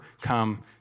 come